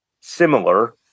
similar